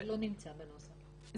אנחנו מפנים כאן לפסקה (1)